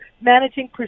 managing